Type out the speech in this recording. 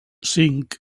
cinc